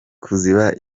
kuziba